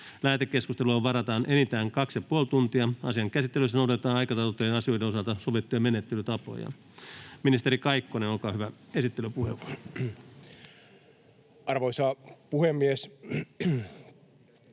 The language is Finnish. Lähetekeskusteluun varataan enintään 2,5 tuntia. Asian käsittelyssä noudatetaan aikataulutettujen asioiden osalta sovittuja menettelytapoja. — Ministeri Kaikkonen, olkaa hyvä, esittelypuheenvuoro. [Speech